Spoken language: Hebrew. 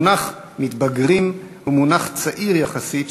המונח "מתבגרים" הוא מונח צעיר יחסית,